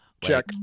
check